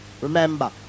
remember